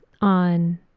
on